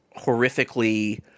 horrifically –